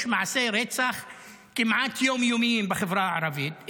יש מעשי רצח כמעט יום-יומיים בחברה הערבית,